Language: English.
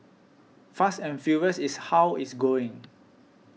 fast and furious is how it's going